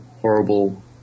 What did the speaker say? horrible